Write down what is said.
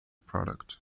product